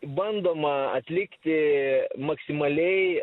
bandoma atlikti maksimaliai